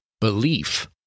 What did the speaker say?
Belief